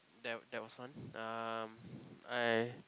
there there was one um I